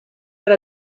era